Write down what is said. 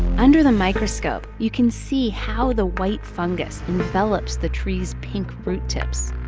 under the microscope, you can see how the white fungus envelops the tree's pink root tips.